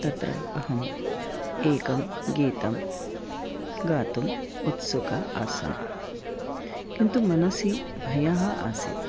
तत्र अहम् एकं गीतं गातुम् उत्सुका आसम् किन्तु मनसि भयम् आसीत्